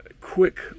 quick